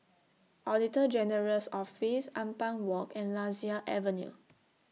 Auditor General's Office Ampang Walk and Lasia Avenue